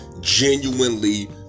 genuinely